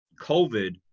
COVID